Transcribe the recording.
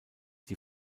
die